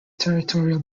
territorial